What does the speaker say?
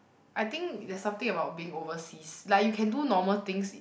I think there's something about being overseas like you can do normal things